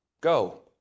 Go